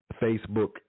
Facebook